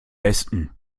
besten